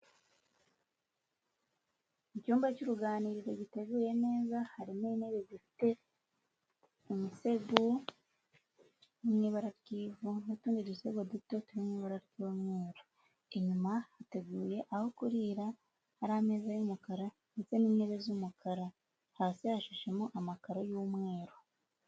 Mu cyumba cy'uruganiriro giteguye neza harimo intebe zifite imisego iri mu ibara ry'ivu, n'utundi dusego duto turi mu ibara ry'umweru. Inyuma hateguye aho kurira hari ameza y'umukara ndetse n'intebe z'umukara, hasi hashashemo amakaro y'umweru.